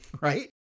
Right